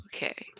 Okay